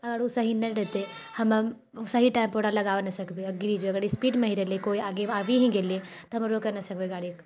आओर ओ सही नहि रहतै हमे सही टाइमपर ओकरऽ लगाबै नहि सकबै आओर गिरी जेबै अगर स्पीडमे ही रहलै कोइ आबि ही गेलै तऽ हमे रोकै नहि सकबै गाड़ीके